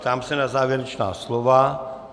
Ptám se na závěrečná slova.